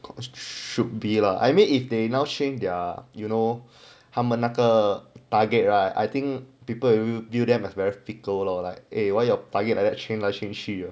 cause sh~ should be lah I mean if they now shame their you know 他们那个 target right I think people will view them as very fickle lor like eh why your target like that change 来 change 去